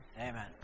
Amen